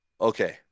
okay